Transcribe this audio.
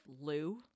Lou